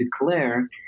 declare